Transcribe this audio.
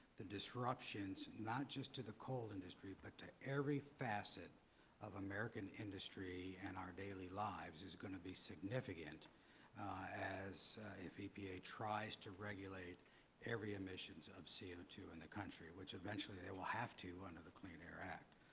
the disruptions, not just to the coal industry but to every facet of american industry and our daily lives, is going to be significant as if epa tries to regulate every emissions of c o two in the country, which eventually they will have to under the clean air act.